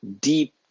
deep